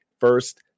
first